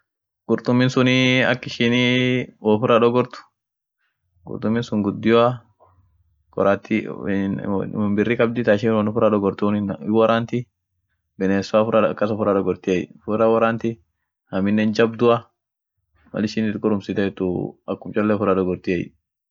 Qurtumi sunii ak ishinii wo uffira dogort qurtumin sun guddioa korati won birri kabdi ta ishin woin uffirra dogortun, hinworanti biness fa uffira fa akas uffira dogortiey, uffira woranti aminen jabdua mal ishin it kurumsitetuu akum cholle uffira dogortiey.